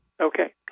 Okay